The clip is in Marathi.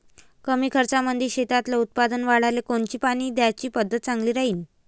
कमी खर्चामंदी शेतातलं उत्पादन वाढाले कोनची पानी द्याची पद्धत चांगली राहीन?